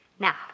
Now